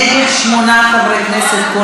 נגד שמונה חברי כנסת,